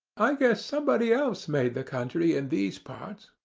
i guess somebody else made the country in these parts.